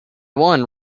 one